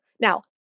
Now